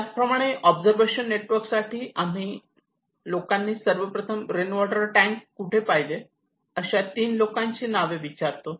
त्याचप्रमाणे observation network साठी आम्ही लोकांनी सर्वप्रथम रेन वॉटर टँक कुठे पाहिले अशा तीन लोकांची नावे विचारतो